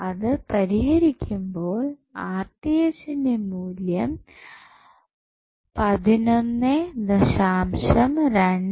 അത് പരിഹരിക്കുമ്പോൾ ന്റെ മൂല്യം 11